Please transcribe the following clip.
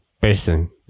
person